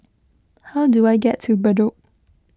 how do I get to Bedok